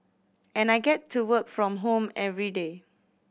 and I get to work from home everyday